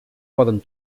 poden